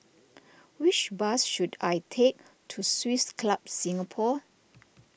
which bus should I take to Swiss Club Singapore